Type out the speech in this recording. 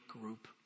group